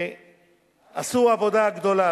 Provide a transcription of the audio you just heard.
עשו עבודה גדולה,